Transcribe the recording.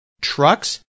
trucks